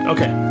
Okay